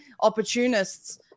opportunists